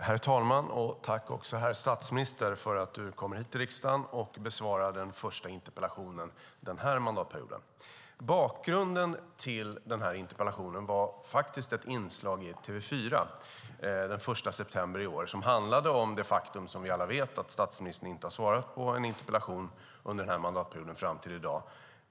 Herr talman! Tack, herr statsminister, för att du kommer hit till riksdagen och besvarar den första interpellationen den här mandatperioden! Bakgrunden till den här interpellationen var ett inslag i TV4 den 1 september i år som handlade om det faktum som vi alla känner till, att statsministern inte har svarat på någon interpellation under den här mandatperioden fram till i dag.